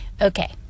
Okay